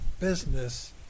business